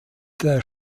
der